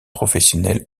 professionnelle